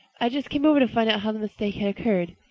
i just came over to find out how the mistake had occurred.